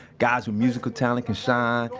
guys with musical talent can shine,